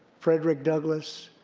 frederick douglass,